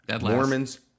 Mormons